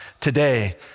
today